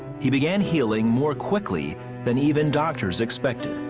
he began healing more quickly than even doctors expected.